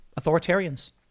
authoritarians